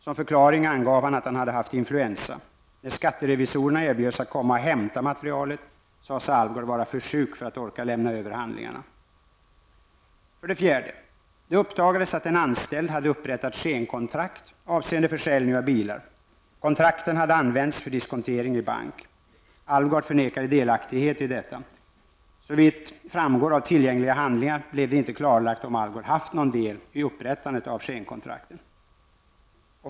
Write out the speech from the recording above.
Som förklaring angav han att han hade haft influensa. När skatterevisorerna erbjöd sig att komma och hämta materialet sade sig Alvgard vara för sjuk för att orka lämna över handlingarna. För det fjärde uppdagades det att en anställd hade upprättat skenkontrakt avseende försäljning av bilar. Kontrakten hade använts för diskontering i bank. Alvgard förnekade delaktighet i detta. Såvitt framgår av tillgängliga handlingar blev det inte klarlagt om Alvgard haft någon del i upprättandet skenkontrakten.